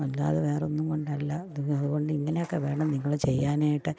അല്ലാതെ വേറൊന്നും കൊണ്ടല്ല അത് അതുകൊണ്ട് ഇങ്ങനെയൊക്കെ വേണം നിങ്ങൾ ചെയ്യാനായിട്ട്